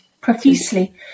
profusely